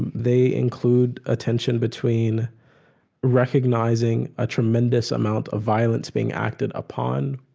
and they include attention between recognizing a tremendous amount of violence being acted upon